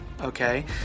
Okay